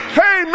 hey